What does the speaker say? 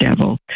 devil